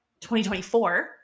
2024